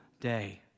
day